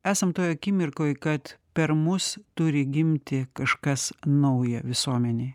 esam toj akimirkoj kad per mus turi gimti kažkas nauja visuomenėj